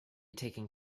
taking